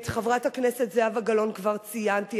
את חברת הכנסת זהבה גלאון כבר ציינתי,